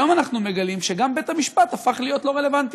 היום אנחנו מגלים שגם בית-המשפט הפך להיות לא רלוונטי.